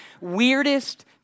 weirdest